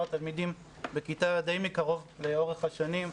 התלמידים בכיתה ועושים זאת די מקרוב ולאורך השנים,